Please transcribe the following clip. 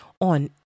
on